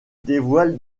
dévoile